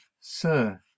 sir